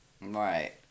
Right